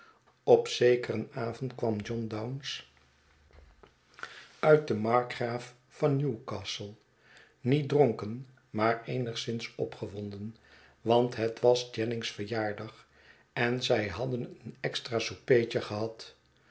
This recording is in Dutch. op zekeren avond kwam john dounce uit de markgraaf van newcastle niet dronken maar eenigszins opgewonden want het was jennings verjaardag en zij hadden een extra soupertje gehad